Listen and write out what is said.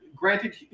Granted